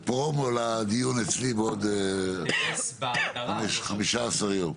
ופה, מול הדיון אצלי בעוד 15 ימים.